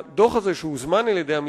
שיוזמים פטנטים כאלה ואחרים,